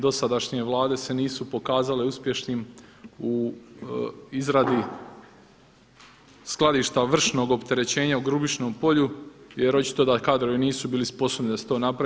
Dosadašnje Vlade se nisu pokazale uspješnim u izradi skladišta vršnog opterećenja u Grubišnom Polju jer očito da kadrovi nisu bili sposobni da se to napravi.